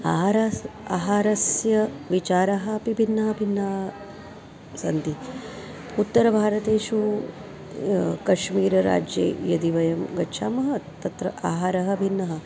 आहारस्य आहारस्य विचाराः अपि भिन्नाः भिन्नाः सन्ति उत्तरभारतेषु कश्मीरराज्ये यदि वयं गच्छामः तत्र आहारः भिन्नः